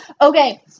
Okay